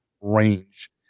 range